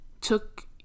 took